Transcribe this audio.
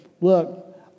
look